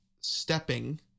stepping